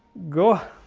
go